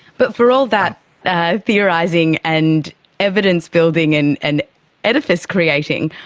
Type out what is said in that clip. but for all that that theorising and evidence building and and edifice creating,